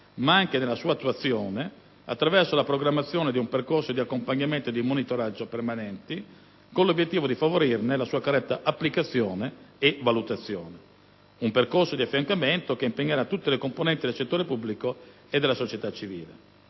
ma anche della sua attuazione attraverso la programmazione di un percorso di accompagnamento e di monitoraggio permanenti, con l'obiettivo di favorire la sua corretta applicazione e valutazione. Un percorso di affiancamento che impegnerà tutte le componenti del settore pubblico e della società civile.